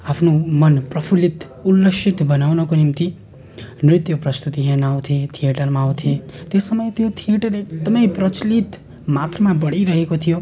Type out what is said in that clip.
आफ्नो मन प्रफुल्लित उल्लासित बनाउनको निम्ति नृत्य प्रस्तुति हेर्न आउँथे थिएटरमा आउँथे त्यस समय त्यो थिएटर एकदमै प्रचलित मात्रामा बढिरहेको थियो